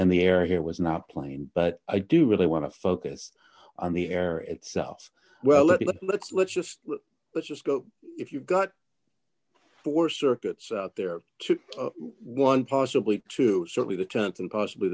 and the area was not playing but i do really want to focus on the air itself well let's let's let's let's just let's just go if you've got four circuits out there one possibly two certainly the th and possibly